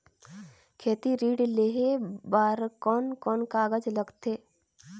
खेती ऋण लेहे बार कोन कोन कागज लगथे?